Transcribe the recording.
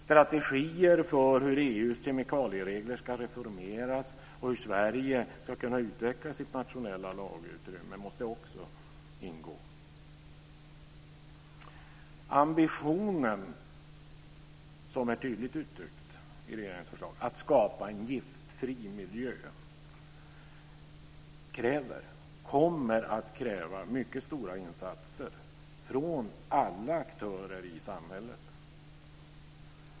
Strategier för hur EU:s kemikalieregler ska reformeras och hur Sverige ska kunna utveckla sitt nationella lagutrymme måste också ingå. Ambitionen att skapa en giftfri miljö, som är tydligt uttryck i regeringens förslag, kommer att kräva mycket stora insatser från alla aktörer i samhället.